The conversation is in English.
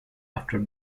after